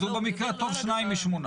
אז הוא במקרה הטוב שניים משמונה.